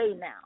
now